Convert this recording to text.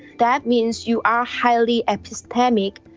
that means you are highly epistemic,